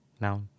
now